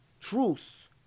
truth